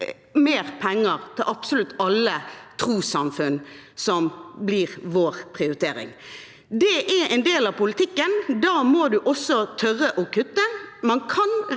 mer penger til absolutt alle trossamfunn som blir vår prioritering. Det er en del av politikken. Da må man også tørre å kutte.